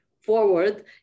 forward